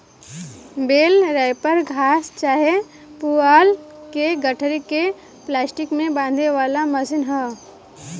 बेल wrapper घास चाहे पुआल के गठरी के प्लास्टिक में बांधे वाला मशीन ह